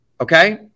okay